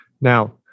Now